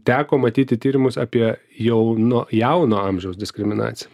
teko matyti tyrimus apie jau nuo jauno amžiaus diskriminaciją